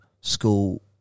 school